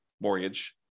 mortgage